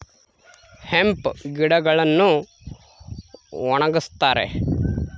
hemp ಗಿಡಗಳನ್ನು ಒಣಗಸ್ತರೆ